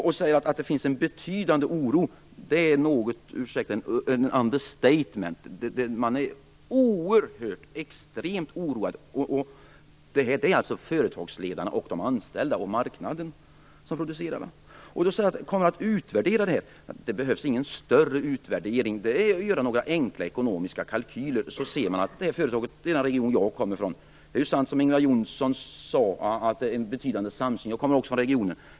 Att säga att det finns en betydande oro är något av ett understatement. Företagsledarna, de anställda, marknaden och producenterna är extremt oroade. Thomas Östros sade att det kommer att göras en utvärdering. Ja, det behövs ingen större utvärdering. Bara genom några enkla ekonomiska kalkyler ser man hur resultatet blir. Det är sant som Ingvar Johnsson - vi kommer från samma region - sade, att det råder en betydande samsyn i regionen.